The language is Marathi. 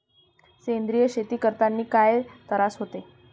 सेंद्रिय शेती करतांनी काय तरास होते?